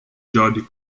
jody